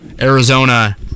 Arizona